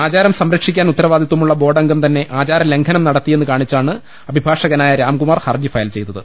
ആചാരം സംരക്ഷിക്കാൻ ഉത്തരവാദിത്വമുള്ള ബോർഡംഗം തന്നെ ആചാരലംഘനം നടത്തിയെന്ന് കാണിച്ചാണ് അഭിഭാഷ കനായ രാംകുമാർ ഹർജി ഫയൽ ചെയ്തത്